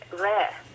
rare